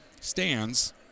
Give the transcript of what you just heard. stands